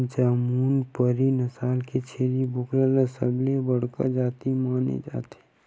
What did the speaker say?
जमुनापारी नसल के छेरी बोकरा ल सबले बड़का जाति माने जाथे